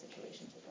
situations